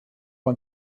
man